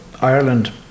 Ireland